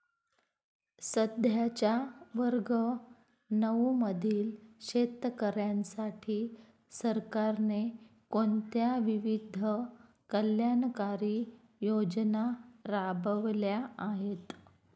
सध्याच्या वर्ग नऊ मधील शेतकऱ्यांसाठी सरकारने कोणत्या विविध कल्याणकारी योजना राबवल्या आहेत?